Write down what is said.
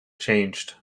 changed